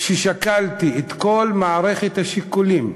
ששקלתי את כל מערכת השיקולים,